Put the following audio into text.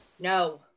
No